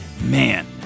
man